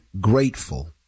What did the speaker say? grateful